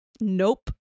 Nope